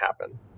happen